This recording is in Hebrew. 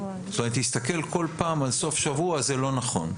זאת אומרת להסתכל כל פעם על סוף שבוע זה לא נכון.